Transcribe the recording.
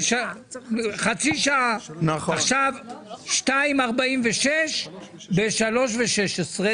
יש שם וואדי שעובר שקוראים לו וואדי זומאר ואז הם נתנו את השם זמר,